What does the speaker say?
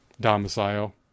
domicile